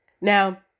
Now